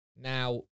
Now